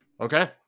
Okay